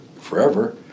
forever